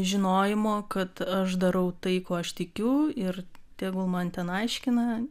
žinojimo kad aš darau tai kuo aš tikiu ir tegul man ten aiškina